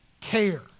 care